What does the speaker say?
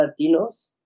Latinos